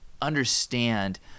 understand